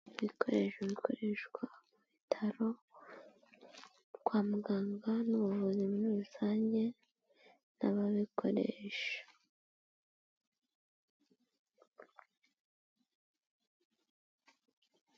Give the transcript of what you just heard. Ibikoresho bikoreshwa mu bitaro kwa muganga n'ubuvuzi muri rusange n'ababikoresha.